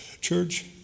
Church